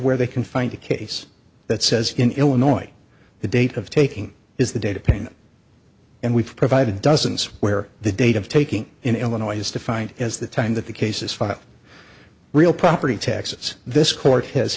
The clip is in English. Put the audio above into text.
where they can find a case that says in illinois the date of taking is the date of pain and we've provided doesn't swear the date of taking in illinois is defined as the time that the cases filed real property taxes this court h